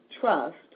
trust